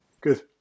Good